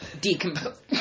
decompose